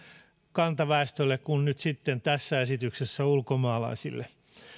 kantaväestölle kuin nyt sitten tässä esityksessä ulkomaalaisille